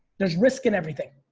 there's risk in everything.